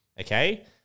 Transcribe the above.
okay